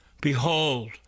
Behold